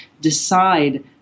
decide